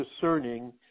discerning